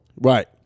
Right